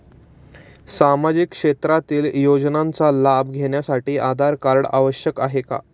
सामाजिक क्षेत्रातील योजनांचा लाभ घेण्यासाठी आधार कार्ड आवश्यक आहे का?